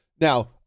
Now